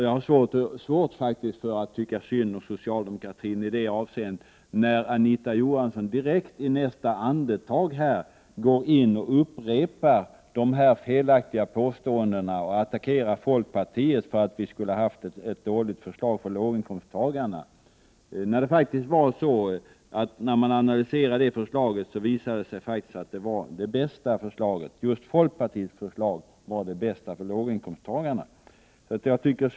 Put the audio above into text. Jag har faktiskt svårt att tycka synd om socialdemokratin i det avseendet, när Anita Johansson direkt, i nästa andetag, här upprepar de felaktiga påståendena och attackerar folkpartiet för att vi skulle ha haft ett dåligt förslag för låginkomsttagarna. När man analyserade förslagen visade det sig ju att just folkpartiets förslag var det bästa för låginkomsttagarna.